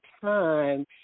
time